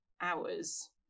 hours